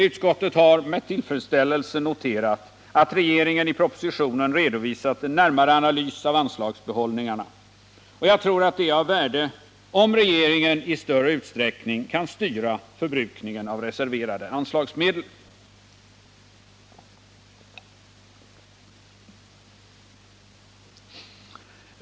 Utskottet har med tillfredsställelse noterat att regeringen i propositionen redovisat en närmare analys av anslagsbehållningarna, och jag tror att det är av värde om regeringen i större utsträckning kan styra förbrukningen av reserverade anslagsmedel.